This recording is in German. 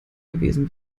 gewesen